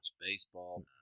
Baseball